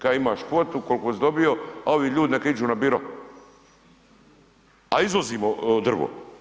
Kaže imaš kvotu koliko si dobio, a ovi ljudi neka iđu na biro, a izvozimo drvo.